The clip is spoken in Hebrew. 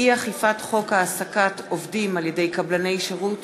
אי-אכיפת חוק העסקת עובדים על-ידי קבלני שירות